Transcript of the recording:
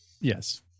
Yes